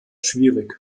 schwierig